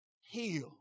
Heal